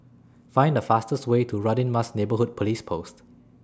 Find The fastest Way to Radin Mas Neighbourhood Police Post